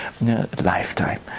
lifetime